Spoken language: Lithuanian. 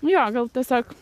jo gal tiesiog